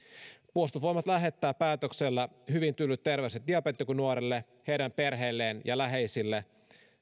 puolustusvoimat lähettää päätöksellä hyvin tylyt terveiset niille diabeetikkonuorille heidän perheilleen ja läheisilleen